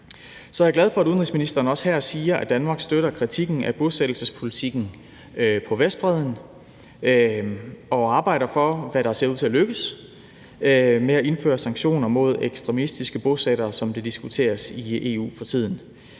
jeg er glad for, at udenrigsministeren også her siger, at Danmark støtter kritikken af bosættelsespolitikken på Vestbredden og arbejder for – hvad der ser ud til at lykkes – at indføre sanktioner mod ekstremistiske bosættere, som det diskuteres i EU for tiden.